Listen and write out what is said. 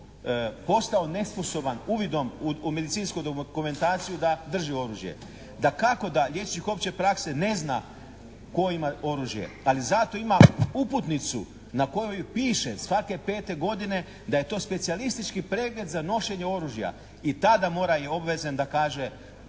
postao nesposoban uvidom u medicinski dokumentaciju da drži oružje. Dakako da liječnik opće prakse ne zna tko ima oružje. Ali zato ima uputnicu na kojoj piše svake pete godine da je to specijalistički pregled za nošene oružja. I tada moraju, je obvezan da kaže